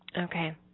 Okay